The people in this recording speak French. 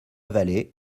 vallée